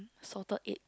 salted egg